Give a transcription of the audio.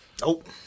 Nope